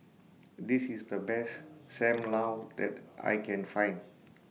This IS The Best SAM Lau that I Can Find